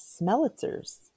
Smellitzers